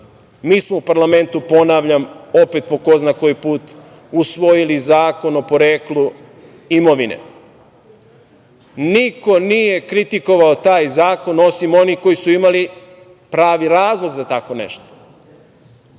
Mi smo u parlamentu ponavljam, opet po ko zna koji put, usvojili Zakon o poreklu imovine. Niko nije kritikovao taj zakon, osim onih koji su imali pravi razlog za tako